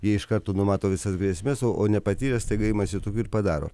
jie iš karto numato visas grėsmes o nepatyrę staiga imasi tų ir padaro